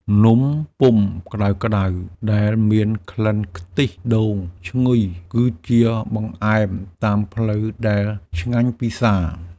នំពុម្ពក្តៅៗដែលមានក្លិនខ្ទិះដូងឈ្ងុយ គឺជាបង្អែមតាមផ្លូវដែលឆ្ងាញ់ពិសា។